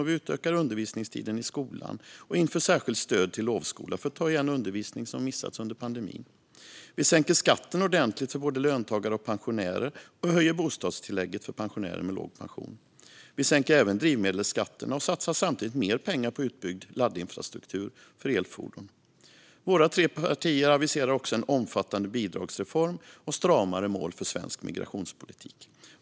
Vi utökar undervisningstiden i skolan och inför särskilt stöd till lovskola för att ta igen undervisning som missats under pandemin. Vi sänker skatten ordentligt för både löntagare och pensionärer och höjer bostadstillägget för pensionärer med låg pension. Vi sänker även drivmedelsskatterna och satsar samtidigt mer pengar på utbyggd laddinfrastruktur för elfordon. Våra tre partier aviserar också en omfattande bidragsreform och stramare mål för svensk migrationspolitik.